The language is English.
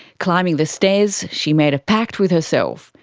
climbing the stairs she made a pact with herself.